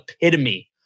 epitome